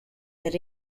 that